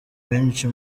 benshi